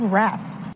rest